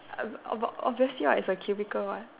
I of obviously right it was a cubicle what